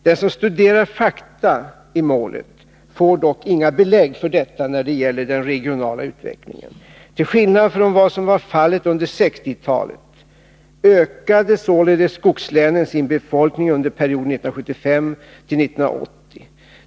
Den som studerar fakta i målet får dock inga belägg för detta när det gäller den regionala utvecklingen. Till skillnad från vad som var fallet under 1960-talet ökade således skogslänen sin befolkning under perioden 1975-1980.